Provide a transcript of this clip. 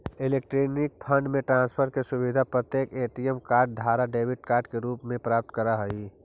electronic fund transfer के सुविधा प्रत्येक ए.टी.एम कार्ड धारी डेबिट कार्ड के रूप में प्राप्त करऽ हइ